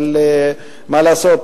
אבל מה לעשות,